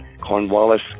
Cornwallis